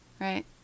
right